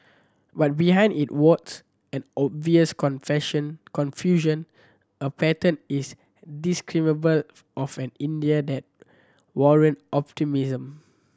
but behind it warts and obvious confusion a pattern is discernible of an India that warrant optimism